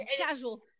casual